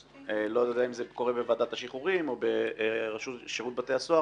אני לא יודע אם זה בוועדת השחרורים או בשירות בתי הסוהר